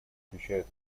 включают